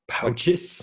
Pouches